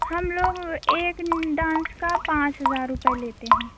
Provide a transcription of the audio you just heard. हम लोग एक डांस का पाँच हज़ार रूपय लेते हैं